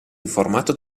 informato